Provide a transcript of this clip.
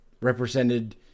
represented